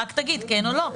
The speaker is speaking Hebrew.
רק תגיד כן או לא.